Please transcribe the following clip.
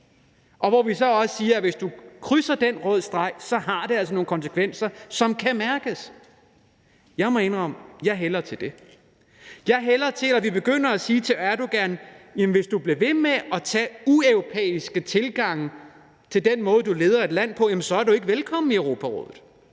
hvor vi siger: Hvis du krydser den røde streg, har det altså nogle konsekvenser, som kan mærkes? Jeg må indrømme, at det hælder jeg til. Jeg hælder til, at vi begynder at sige til Erdogan: Hvis du bliver ved med at have ueuropæiske tilgange i den måde, du leder landet på, så er du ikke velkommen i Europarådet.